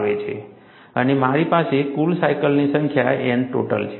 અને મારી પાસે કુલ સાયકલની સંખ્યા N ટોટલ છે